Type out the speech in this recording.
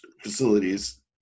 facilities